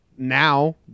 Now